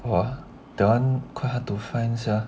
!wah! that [one] quite hard to find sia